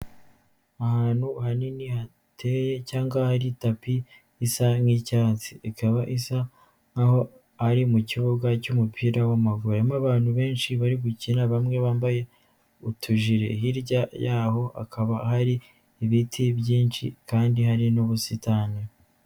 Ahantu hanini, hateye cyangwa hari tapi isa nk'icyatsi. Ikaba isa nk'aho ari mu kibuga cy'umupira w'amaguru. Harimo abantu benshi bari gukina, bamwe bambaye utujire. Hirya yabo akaba hari ibiti byinshi kandi hari n'ubusitani.